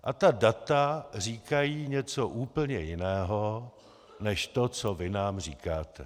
A ta data říkají něco úplně jiného než to, co vy nám říkáte.